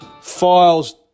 Files